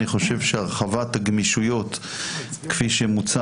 אני חושב שהרחבת הגמישויות כפי שמוצע